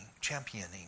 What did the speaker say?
championing